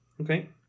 Okay